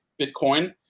Bitcoin